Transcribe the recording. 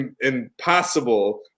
impossible